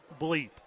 bleep